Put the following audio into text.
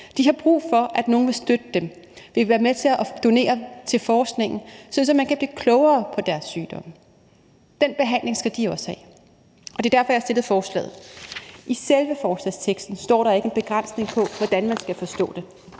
De har brug for, at nogle vil støtte dem, vil være med til at donere til forskningen, sådan at man kan blive klogere på deres sygdomme. Den behandling skal de også have, og det er derfor, at jeg har fremsat beslutningsforslaget. I selve forslagsteksten er der ikke anført nogen begrænsning på, hvordan man skal forstå det;